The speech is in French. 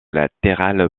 latérales